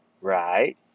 right